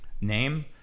name